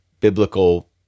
biblical